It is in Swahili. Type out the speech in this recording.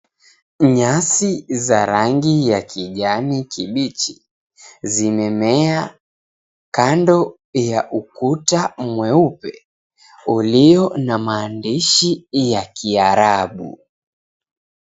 Nyasi za rangi ya kijani kibichi zimemea kando ya ukuta mweupe ulio na maandishi ya kiarabu.